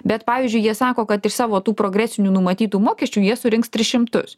bet pavyzdžiui jie sako kad iš savo tų progresinių numatytų mokesčių jie surinks tris šimtus